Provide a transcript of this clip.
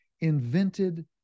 invented